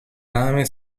rami